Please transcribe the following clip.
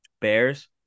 Bears